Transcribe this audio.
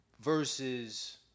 Versus